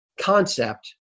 concept